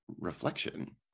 reflection